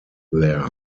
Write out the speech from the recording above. there